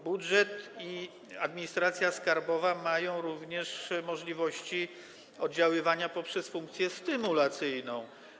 Budżet i administracja skarbowa mają również możliwości oddziaływania poprzez funkcje stymulacyjną.